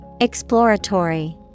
Exploratory